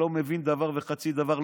שלא מבין דבר וחצי דבר,